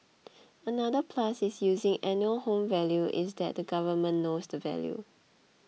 another plus in using annual home value is that the government knows the value